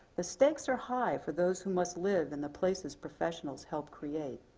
the stakes are high for those who must live in the places professionals help create.